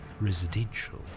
residential